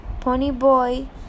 Ponyboy